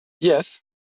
Yes